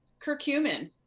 curcumin